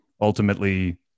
ultimately